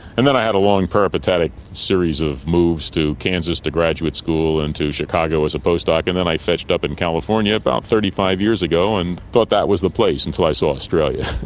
and then i had a long a peripatetic series of moves to kansas to graduate school, and to chicago as a post-doc, and then i fetched up in california about thirty five years ago and thought that was the place, until i saw australia.